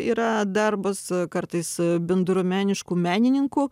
yra darbas kartais bendruomeniškų menininkų